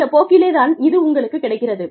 இந்த போக்கிலே தான் இது உங்களுக்குக் கிடைக்கிறது